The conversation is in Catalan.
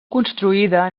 construïda